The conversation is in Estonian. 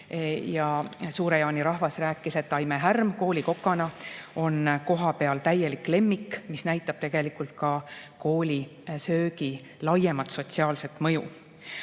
Suure-Jaani rahvas rääkis, et Aime Härm koolikokana on seal täielik lemmik, mis näitab tegelikult koolisöögi laiemat sotsiaalset mõju. Aga